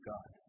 God